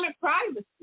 privacy